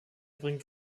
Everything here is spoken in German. bringt